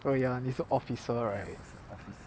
oh ya 你是 officer right